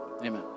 amen